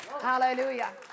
Hallelujah